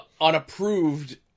unapproved